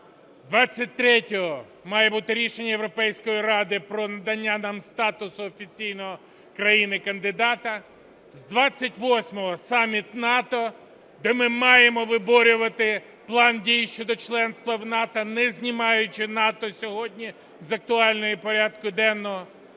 23-го має бути рішення Європейської ради про надання нам статусу офіційного країни-кандидата. З 28-го саміт НАТО, де ми маємо виборювати план дій щодо членства в НАТО, не знімаючи НАТО сьогодні з актуального порядку денного,